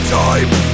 time